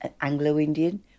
Anglo-Indian